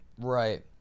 Right